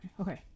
okay